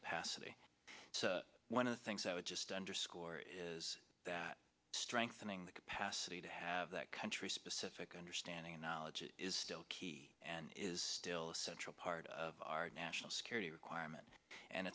capacity so one of the things i would just underscore is that strengthening the capacity to have that country specific understanding and knowledge is still key and is still a central part of our national security requirements and